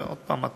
ועוד פעם,